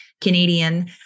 Canadian